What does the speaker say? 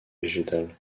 végétales